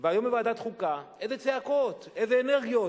והיום בוועדת חוקה, איזה צעקות, איזה אנרגיות.